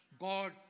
God